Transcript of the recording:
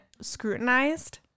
scrutinized